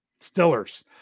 Stillers